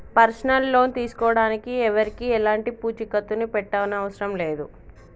personal loan తీసుకోడానికి ఎవరికీ ఎలాంటి పూచీకత్తుని పెట్టనవసరం లేదు